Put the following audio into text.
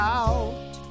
out